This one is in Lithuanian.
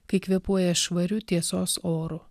kai kvėpuoja švariu tiesos oru